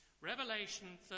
Revelation